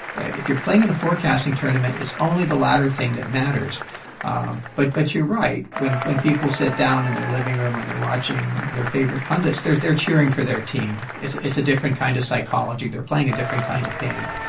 if you're playing in a forecasting tournament, it's only the latter thing that matters ah but but you're right. when when people sit down in their living room and they're watching their favorite pundits, they're they're cheering for their team. it's it's a different kind of psychology. they're playing a different kind of game.